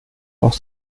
auch